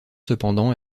cependant